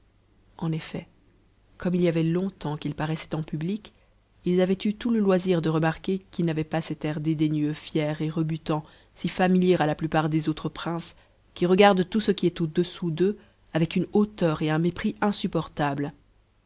en effet comme il y avait longtemps qu'il paraissait en public ils avaient eu tout le loisir de remarquer qu'il n'avait pas cet air dédaigneux fier et rebutant si familier à la plupart des autres princes qui regardent tout ce qui est au-dessous d'eux avec une hauteur et un mépris insupportables